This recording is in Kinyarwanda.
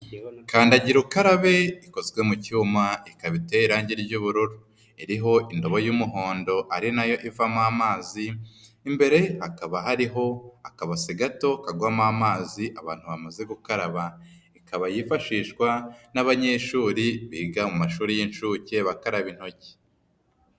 Kandagira ukarabe ikozwe mu cyuma ikaba iteye irangi ry'ubururu. Iriho indobo y'umuhondo ari na yo ivamo amazi, imbere hakaba hariho akabase gato kagwamo amazi abantu bamaze gukaraba. Ikaba yifashishwa n'abanyeshuri biga mu mashuri y'inshuke, bakaraba intoki.